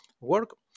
work